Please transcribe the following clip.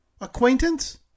acquaintance